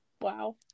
Wow